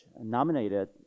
nominated